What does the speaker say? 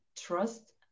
trust